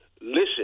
Listen